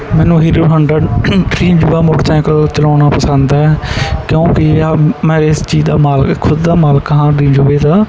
ਮੈਨੂੰ Hero Honda Dream Yuva motorcycle ਚਲਾਉਂਣਾ ਪਸੰਦ ਹੈ ਕਿਉਂਕਿ ਆ ਮੈਂ ਇਸ ਚੀਜ਼ ਦਾ ਮਾਲਕ ਖ਼ੁਦ ਦਾ ਮਾਲਕ ਹਾਂ ਦਰੀਮ ਜੂਵੇ ਦਾ